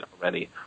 already